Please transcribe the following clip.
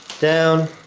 down,